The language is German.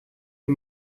wir